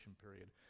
period